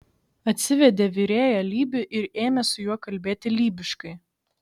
atsivedė virėją lybį ir ėmė su juo kalbėti lybiškai